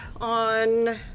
on